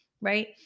right